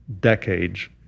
decades